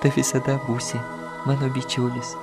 ir visada būsi mano bičiulis